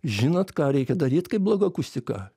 žinot ką reikia daryt kai bloga akustika